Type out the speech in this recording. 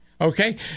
Okay